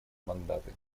мандаты